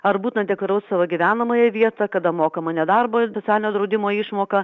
ar būtina deklaruot savo gyvenamąją vietą kada mokama nedarbo ir socialinio draudimo išmoka